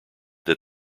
that